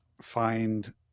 find